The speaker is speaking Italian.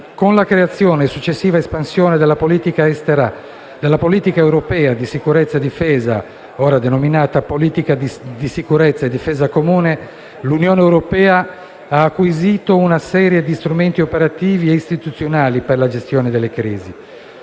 Con la creazione e la successiva espansione della politica europea di sicurezza e difesa, ora denominata "politica di sicurezza e difesa comune", l'Unione europea ha acquisito una serie di strumenti operativi e istituzionali per la gestione delle crisi,